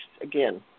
again